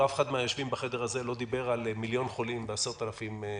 אף אחד מהיושבים בחדר הזה לא דיבר על מיליון חולים ועל 10,000 מתים,